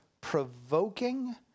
provoking